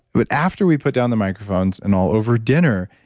but after we put down the microphones and all over dinner,